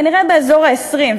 כנראה באזור ה-20,